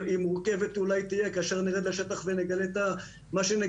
היא מורכבת אולי תהיה כאשר נרד לשטח ונגלה מה שנגלה.